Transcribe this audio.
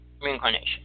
Reincarnation